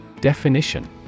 Definition